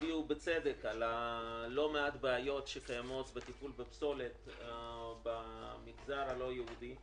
שהצביעו בצדק על לא מעט בעיות שקיימות בטיפול בפסולת במגזר הלא יהודי,